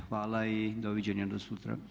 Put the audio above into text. Hvala i doviđenja do sutra.